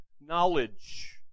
knowledge